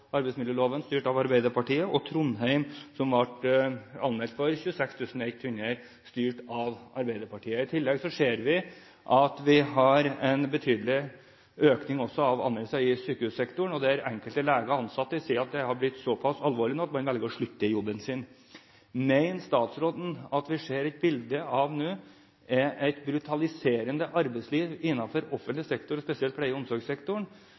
og Trondheim, styrt av Arbeiderpartiet, som ble anmeldt for 26 100 brudd. I tillegg ser vi at det er en betydelig økning av anmeldelser også i sykehussektoren, der enkelte leger og ansatte sier at det har blitt såpass alvorlig nå at man velger å slutte i jobben sin. Mener statsråden at vi ser et bilde av et brutaliserende arbeidsliv innenfor offentlig sektor, spesielt i pleie- og omsorgssektoren,